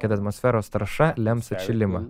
kad atmosferos tarša lems atšilimą